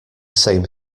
same